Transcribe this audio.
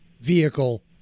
vehicle